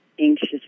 anxious